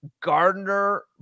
Gardner